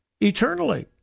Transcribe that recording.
eternally